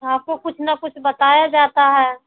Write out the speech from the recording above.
आपको कुछ न कुछ बताया जाता है